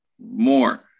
more